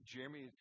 Jeremy